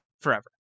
forever